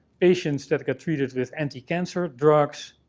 patients that get treated with anticancer drugs.